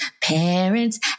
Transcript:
parents